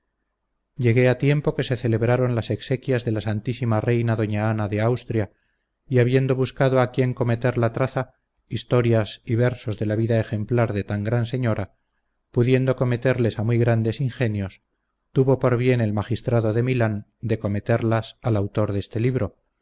llegué a tiempo que se celebraron las exequias de la santísima reina doña ana de austria y habiendo buscado a quien cometer la traza historias y versos de la vida ejemplar de tan gran señora pudiendo cometerles a muy grandes ingenios tuvo por bien el magistrado de milán de cometerlas al autor de este libro